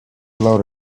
load